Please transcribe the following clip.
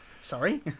Sorry